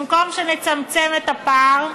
במקום שנצמצם את הפער,